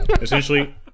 Essentially